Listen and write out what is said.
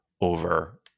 over